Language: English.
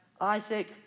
Isaac